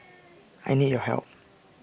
I need your help